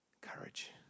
Courage